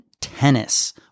tennis